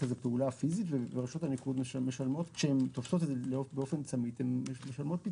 פעולה פיזית ורשויות הניקוז משלמות פיצויים כשהן תופסות באופן צמית כנדרש.